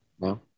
No